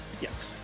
Yes